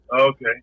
Okay